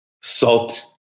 Salt